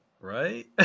Right